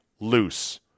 loose